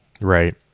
Right